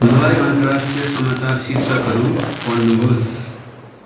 मलाई अन्तर्राष्ट्रिय समाचार शीर्षकहरू पढ्नुहोस्